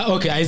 Okay